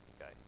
okay